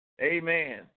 Amen